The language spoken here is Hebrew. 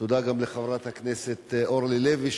תודה גם לחברת הכנסת אורלי לוי,